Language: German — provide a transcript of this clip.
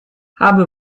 habe